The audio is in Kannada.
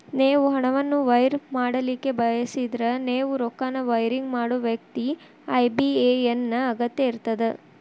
ನೇವು ಹಣವನ್ನು ವೈರ್ ಮಾಡಲಿಕ್ಕೆ ಬಯಸಿದ್ರ ನೇವು ರೊಕ್ಕನ ವೈರಿಂಗ್ ಮಾಡೋ ವ್ಯಕ್ತಿ ಐ.ಬಿ.ಎ.ಎನ್ ನ ಅಗತ್ಯ ಇರ್ತದ